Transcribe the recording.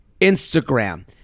Instagram